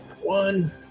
One